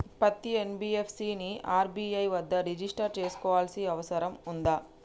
పత్తి ఎన్.బి.ఎఫ్.సి ని ఆర్.బి.ఐ వద్ద రిజిష్టర్ చేసుకోవాల్సిన అవసరం ఉందా?